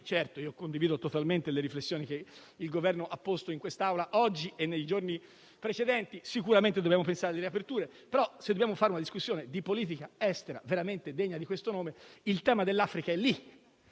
Certo, io condivido totalmente le riflessioni che il Governo ha posto in quest'Aula, oggi e nei giorni precedenti. Sicuramente dobbiamo pensare alle riaperture. Però, se dobbiamo fare una discussione di politica estera veramente degna di questo nome, il tema dell'Africa è lì